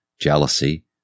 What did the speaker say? jealousy